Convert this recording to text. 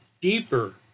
deeper